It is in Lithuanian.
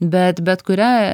bet bet kuria